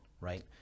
right